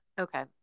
Okay